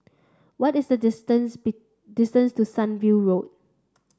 what is the distance distance to Sunview Road